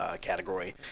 category